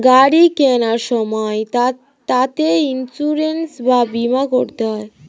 গাড়ি কেনার সময় তাতে ইন্সুরেন্স বা বীমা করতে হয়